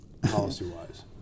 policy-wise